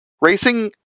Racing